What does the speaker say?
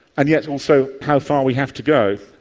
and yet also how far we have to go.